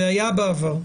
זה היה בעבר.